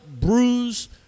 bruised